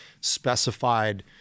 specified